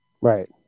Right